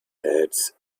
hat